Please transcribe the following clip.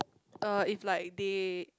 uh if like they